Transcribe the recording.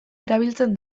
erabiltzen